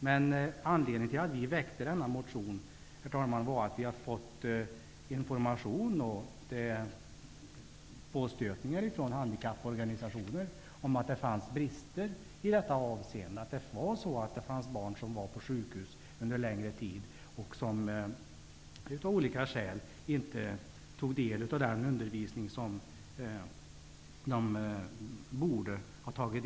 Men anledningen till att vi väckte denna motion, herr talman, var att vi hade fått information och påstötningar ifrån handikapporganisationer om att det fanns brister i detta avseende, att det fanns barn som vistades på sjukhus under längre tid och som av olika skäl inte tog del av den undervisning som de borde ha gjort.